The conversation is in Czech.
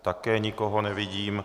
Také nikoho nevidím.